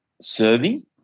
serving